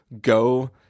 go